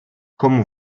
komu